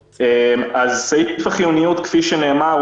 אותו סעיף של הארכת מעצר משיקול של מניעה.